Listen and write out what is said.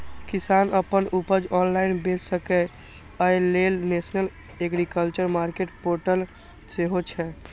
किसान अपन उपज ऑनलाइन बेच सकै, अय लेल नेशनल एग्रीकल्चर मार्केट पोर्टल सेहो छै